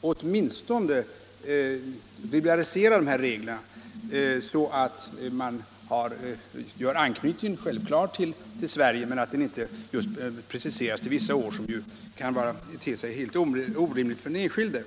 åtminstone skall liberalisera de här reglerna, så att man inte preciserar det hela till vissa år, vilket kan te sig orimligt för den enskilde.